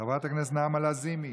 חברת הכנסת נעמה לזימי.